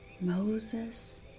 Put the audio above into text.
Moses